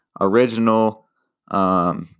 original